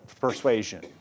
persuasion